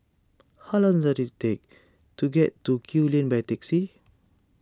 how long does it take to get to Kew Lane by taxi